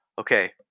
Okay